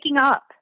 up